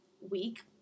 week